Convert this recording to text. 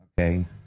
Okay